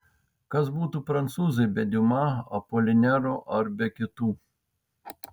kas būtų prancūzai be diuma apolinero ar be kitų